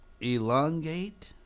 Elongate